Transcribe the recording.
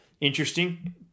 interesting